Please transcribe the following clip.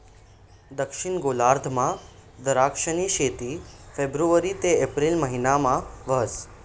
दक्षिण गोलार्धमा दराक्षनी शेती फेब्रुवारी ते एप्रिल महिनामा व्हस